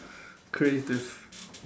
creatives